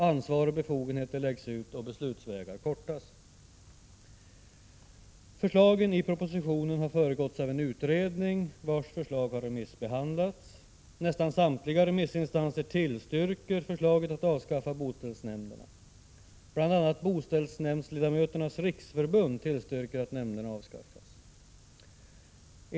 Ansvar och befogenheter läggs ut, och beslutsvägar kortas. Förslagen i propositionen har föregåtts av en utredning, vars förslag har remissbehandlats. Nästan samtliga remissinstanser tillstyrker förslaget att avskaffa boställsnämnderna. Bl.a. Boställsledamöternas riksförbund tillstyrker att nämnderna avskaffas.